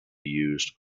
used